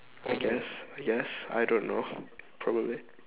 I guess I guess I don't know probably